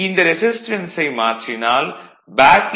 இந்த ரெசிஸ்டன்ஸை மாற்றினால் பேக் ஈ